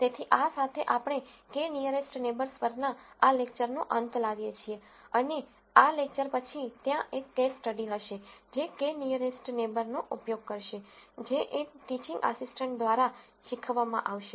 તેથી આ સાથે આપણે k નીઅરેસ્ટ નેબર્સપરના આ લેકચરનો અંત લાવીએ છીએ અને આ લેકચર પછી ત્યાં એક કેસ સ્ટડી થશે જે k નીઅરેસ્ટ નેબર્સ ઉપયોગ કરશે જે એક ટીચિંગ આસિસટન્ટ દ્વારા શીખવવામાં આવશે